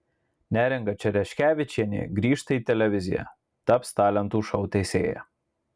neringa čereškevičienė grįžta į televiziją taps talentų šou teisėja